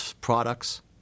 products